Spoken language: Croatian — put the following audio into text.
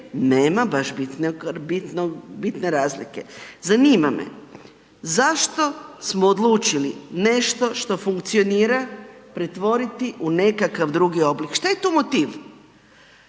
nema baš bitne razlike. Zanima me, zašto smo odlučili nešto što funkcionira pretvoriti u nekakav drugi oblik, šta je tu motiv?